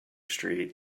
street